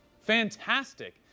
fantastic